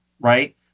right